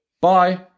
Bye